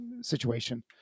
Situation